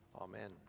Amen